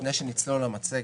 לפני שנצלול למצגת,